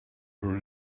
her